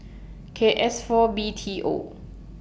K S four B T O